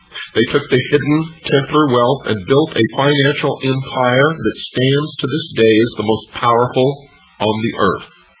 they took the hidden templar wealth and built a financial empire that stands to this day is the most powerful on the earth